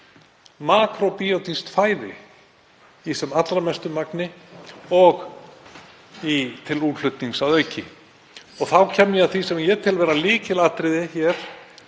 makróbíótískt fæði í sem allra mestu magni og til útflutnings að auki. Þá kem ég að því sem ég tel vera lykilatriði hér,